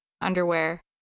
underwear